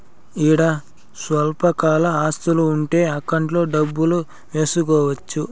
ఈడ స్వల్పకాల ఆస్తులు ఉంటే అకౌంట్లో డబ్బులు వేసుకోవచ్చు